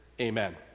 amen